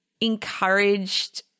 encouraged